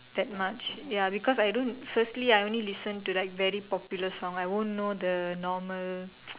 that much ya because I don't firstly I only listen to very popular songs I won't know the normal